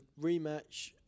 rematch